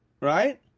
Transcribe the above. right